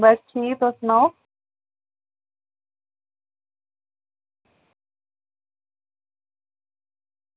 बस ठीक तुस सनाओ